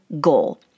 goal